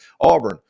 Auburn